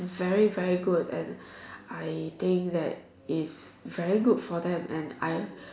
very very good and I think that is very good for them and I